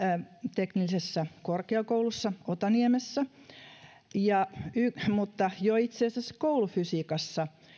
teknillisessä korkeakoulussa otaniemessä mutta jo itse asiassa koulufysiikassa